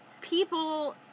people